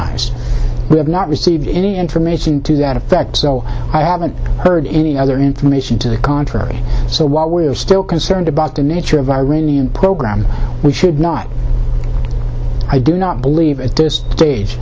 have not received any information to that effect so i haven't heard any other information to the contrary so while we are still concerned about the nature of the iranian program we should not i do not believe at this stage